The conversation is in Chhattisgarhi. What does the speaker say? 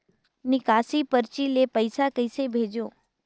निकासी परची ले पईसा कइसे भेजों?